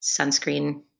sunscreen